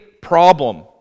problem